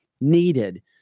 needed